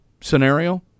scenario